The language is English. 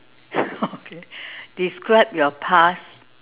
okay describe your past